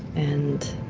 and.